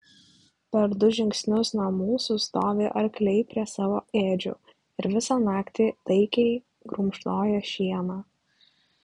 per du žingsnius nuo mūsų stovi arkliai prie savo ėdžių ir visą naktį taikiai grumšnoja šieną